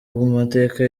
mateka